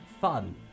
fun